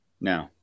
No